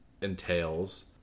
entails